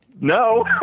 no